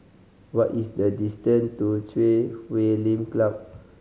what is the distance to Chui Huay Lim Club